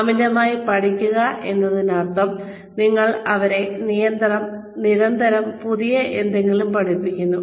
അമിതമായി പഠിക്കുക എന്നതിനർത്ഥം നിങ്ങൾ അവരെ നിരന്തരം പുതിയ എന്തെങ്കിലും പഠിപ്പിക്കുന്നു